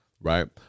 Right